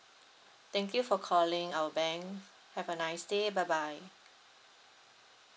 thank you for calling our bank have a nice day bye bye